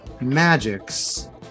magics